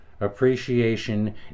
appreciation